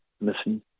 missing